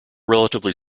relatively